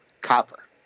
Copper